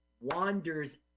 wanders